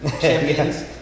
Champions